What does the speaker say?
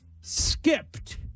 skipped